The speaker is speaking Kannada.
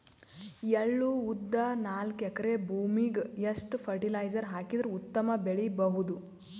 ಎಳ್ಳು, ಉದ್ದ ನಾಲ್ಕಎಕರೆ ಭೂಮಿಗ ಎಷ್ಟ ಫರಟಿಲೈಜರ ಹಾಕಿದರ ಉತ್ತಮ ಬೆಳಿ ಬಹುದು?